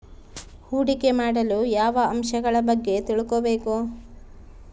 ಹೂಡಿಕೆ ಮಾಡಲು ಯಾವ ಅಂಶಗಳ ಬಗ್ಗೆ ತಿಳ್ಕೊಬೇಕು?